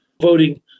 voting